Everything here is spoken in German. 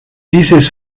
dieses